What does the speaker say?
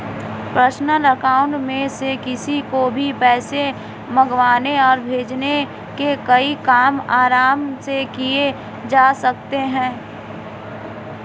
personal account में से किसी को भी पैसे मंगवाने और भेजने के कई काम आराम से किये जा सकते है